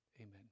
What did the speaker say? amen